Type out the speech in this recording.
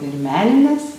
ir menines